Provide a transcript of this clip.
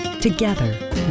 Together